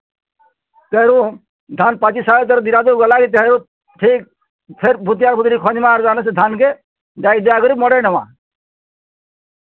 ତେହେରୁ ଧାନ୍ ପାଚିସାରିବା ପରେ ତେହେରୁ ଠିକ୍ ଫେର୍ ଭୁତି ଆଭୁତି ଆନ୍କେ ଧୋଇ ଧୁଆକେ କରି ମଡ଼ାଇ ଦେମା